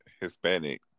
Hispanic